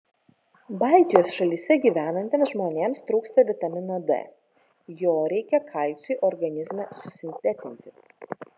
baltijos šalyse gyvenantiems žmonėms trūksta vitamino d jo reikia kalciui organizme susintetinti